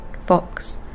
fox